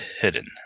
hidden